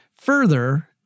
further